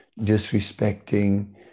disrespecting